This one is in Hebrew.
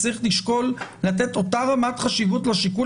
צריך לשקול לתת אותה רמת חשיבות לשיקול